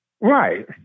Right